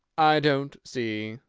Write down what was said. i don't see,